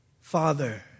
Father